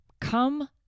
come